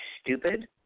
stupid